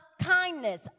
kindness